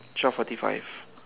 twelve forty five